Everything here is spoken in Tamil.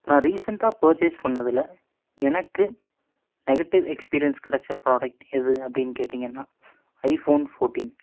நான் ரீசென்டாக பர்ச்சேஸ் பண்ணதில் எனக்கு நெகட்டிவ் எக்ஸ்பீரியன்ஸ் கிடைச்ச ப்ராடக்ட் எது அப்படின்னு கேட்டீங்கன்னால் ஐஃபோன் ஃபோர்ட்டீன்